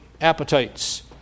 appetites